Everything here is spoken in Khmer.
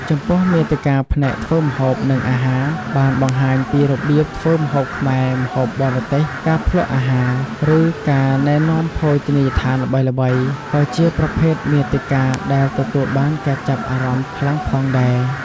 ចំពោះមាតិកាផ្នែកធ្វើម្ហូប និងអាហារ បានបង្ហាញពីរបៀបធ្វើម្ហូបខ្មែរ ម្ហូបបរទេស ការភ្លក្សអាហារ ឬការណែនាំភោជនីយដ្ឋានល្បីៗក៏ជាប្រភេទមាតិកាដែលទទួលបានការចាប់អារម្មណ៍ខ្លាំងផងដែរ។